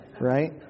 right